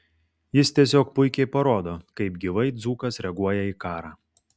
jis tiesiog puikiai parodo kaip gyvai dzūkas reaguoja į karą